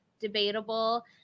debatable